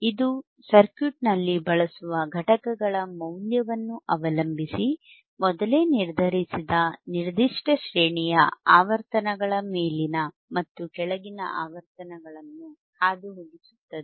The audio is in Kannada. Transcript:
ಇದು ಸರ್ಕ್ಯೂಟ್ನಲ್ಲಿ ಬಳಸುವ ಘಟಕಗಳ ಮೌಲ್ಯವನ್ನು ಅವಲಂಬಿಸಿ ಮೊದಲೇ ನಿರ್ಧರಿಸಿದ ನಿರ್ದಿಷ್ಟ ಶ್ರೇಣಿಯ ಆವರ್ತನಗಳ ಮೇಲಿನ ಮತ್ತು ಕೆಳಗಿನ ಆವರ್ತನಗಳನ್ನು ಹಾದುಹೋಗಿಸುತ್ತದೆ